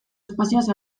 espazioaz